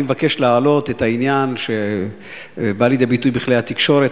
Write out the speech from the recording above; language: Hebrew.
אני מבקש להעלות את העניין שבא לידי ביטוי בכלי התקשורת.